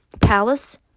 Palace